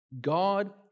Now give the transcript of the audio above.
God